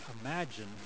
imagine